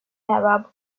arab